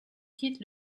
quitte